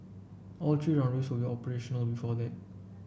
all three runways will be operational before that